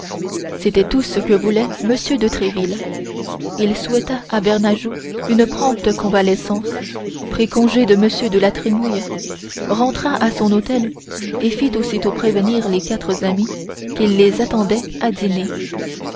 c'était tout ce que voulait m de tréville il souhaita à bernajoux une prompte convalescence prit congé de m de la trémouille rentra à son hôtel et fit aussitôt prévenir les quatre amis qu'il les attendait à dîner